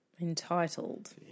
Entitled